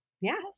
yes